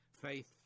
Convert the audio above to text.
Faith